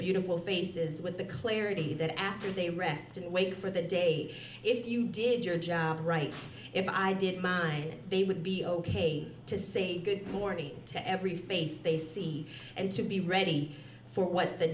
beautiful faces with the clarity that after they rest in wait for the day if you did your job right if i did mine they would be ok to say good morning to every face they see and to be ready for what the